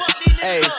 hey